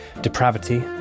depravity